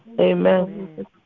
amen